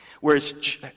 Whereas